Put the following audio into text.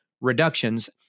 reductions